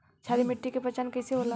क्षारीय मिट्टी के पहचान कईसे होला?